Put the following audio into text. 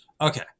okay